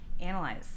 analyze